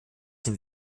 dem